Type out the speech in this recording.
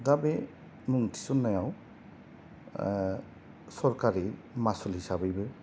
दा बे मुं थिसननायाव सरकारि मासल हिसाबैबो